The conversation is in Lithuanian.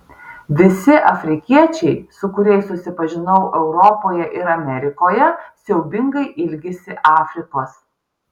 visi afrikiečiai su kuriais susipažinau europoje ir amerikoje siaubingai ilgisi afrikos